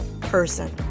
person